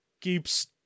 keeps